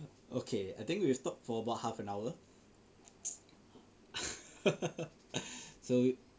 okay I think we will stop for about half an hour so